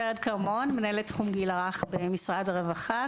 ורד כרמון, מנהלת תחום הגיל הרך במשרד הרווחה.